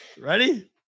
Ready